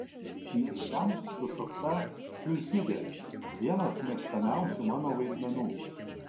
nes ten sušokta silfidė vienas mėgstamiausių mano vaidmenų